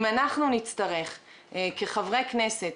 אם אנחנו נצטרך כחברי כנסת,